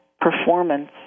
performance